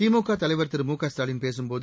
திமுக தலைவர் திரு மு க ஸ்டாலின் பேசும்போது